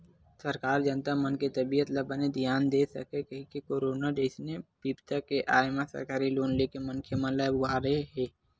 सरकार जनता मन के तबीयत ल बने धियान दे सकय कहिके करोनो जइसन बिपदा के आय म सरकार लोन लेके मनखे मन ल उबारे हे